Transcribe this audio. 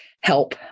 help